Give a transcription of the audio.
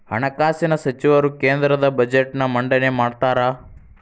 ಹಣಕಾಸಿನ ಸಚಿವರು ಕೇಂದ್ರದ ಬಜೆಟ್ನ್ ಮಂಡನೆ ಮಾಡ್ತಾರಾ